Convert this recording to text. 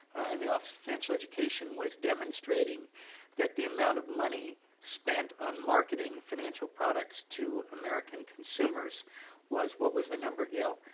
and the office of financial education, was demonstrating that the amount of money spent on marketing financial products to american consumers was what was the number, gail,